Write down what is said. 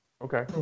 okay